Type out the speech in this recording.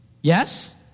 Yes